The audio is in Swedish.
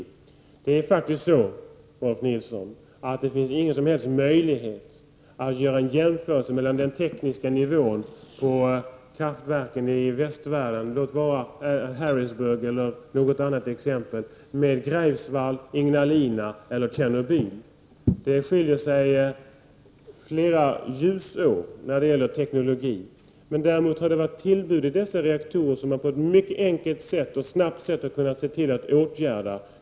Rolf L Nilson, det finns faktiskt inte någon som helst möjlighet att göra jämförelser mellan den tekniska nivån på kraftverken i västvärlden — trots det som hänt i Harrisburg och någon annanstans — med Greifswald, Ignalina eller Tjernobyl. Teknologin i öst och väst skiljer sig ljusår åt. Däremot har det skett tillbud i dessa reaktorer som man mycket enkelt och snabbt har kunnat åtgärda.